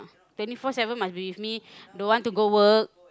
twenty four seven must be with me don't want to go work